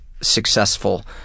successful